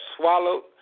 swallowed